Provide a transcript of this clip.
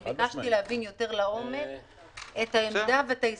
אני ביקשתי להבין יותר לעומק את העמדה ואת ההסתייגות.